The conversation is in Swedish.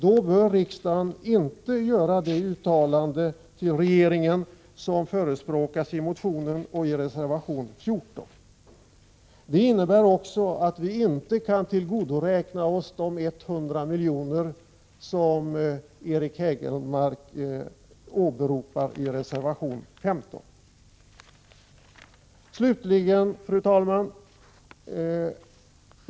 Då bör riksdagen inte göra det uttalande till regeringen som förespråkas i motionen och i reservation 14. Det innebär också att vi inte kan tillgodoräkna oss de 100 milj.kr. som Eric Hägelmark åberopar i reservation 15.